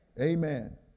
Amen